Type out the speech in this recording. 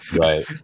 Right